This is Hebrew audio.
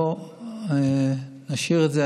בואו נשאיר את זה,